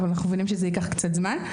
אבל אנחנו מבינים שזה ייקח קצת זמן.